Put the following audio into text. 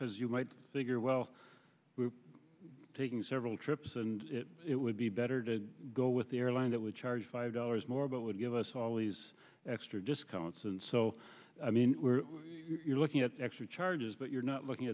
because you might figure well we're taking several trips and it would be better to go with the airline that would charge five dollars more but would give us all these extra discounts and so i mean you're looking at extra charges but you're not looking